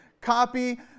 copy